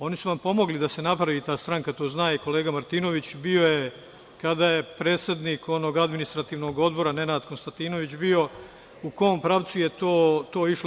Oni su vam pomogli da se napravi ta stranka, to zna i kolega Martinović, bio je kada je predsednik onog Administrativnog odbora bio Nenad Konstantinović, u kom pravcu je to sve išlo.